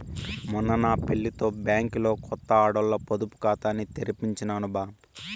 మొన్న నా పెళ్లితో బ్యాంకిలో కొత్త ఆడోల్ల పొదుపు కాతాని తెరిపించినాను బా